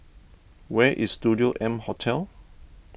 where is Studio M Hotel